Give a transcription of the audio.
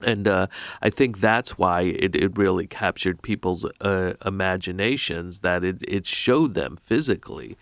and i think that's why it really captured people's imaginations that it showed them physically